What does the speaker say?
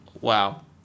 wow